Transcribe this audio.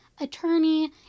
attorney